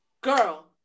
girl